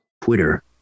Twitter